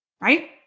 right